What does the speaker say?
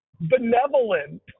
benevolent